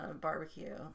barbecue